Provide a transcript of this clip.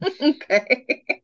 Okay